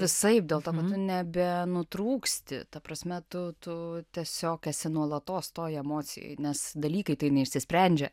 visaip dėl to kad tu nebenutrūksti ta prasme tu tu tiesiog esi nuolatos toj emocijoj nes dalykai tai neišsprendžia